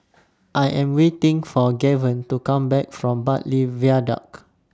I Am waiting For Gaven to Come Back from Bartley Viaduct